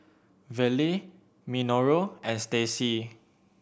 Verle Minoru and Staci